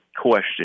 question